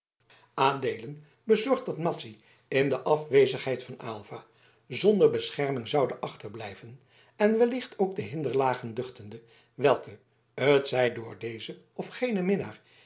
bezorgd dat madzy in de afwezigheid van aylva zonder bescherming zoude achterblijven en wellicht ook de hinderlagen duchtende welke t zij door dezen of genen